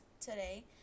today